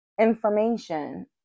information